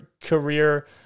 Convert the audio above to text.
career